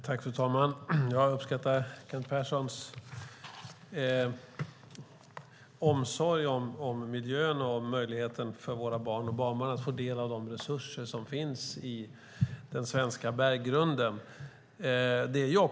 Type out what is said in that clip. Fru talman! Jag uppskattar Kent Perssons omsorg om miljön och möjligheten för våra barn och barnbarn att få del av de resurser som finns i den svenska berggrunden.